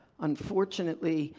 unfortunately,